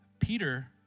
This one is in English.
Peter